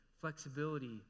flexibility